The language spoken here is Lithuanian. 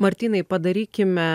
martynai padarykime